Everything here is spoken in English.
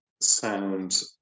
sound